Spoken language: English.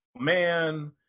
Man